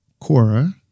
Cora